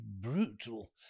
brutal